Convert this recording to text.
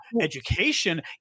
education